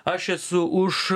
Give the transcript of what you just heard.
aš esu už